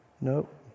Nope